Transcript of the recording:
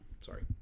sorry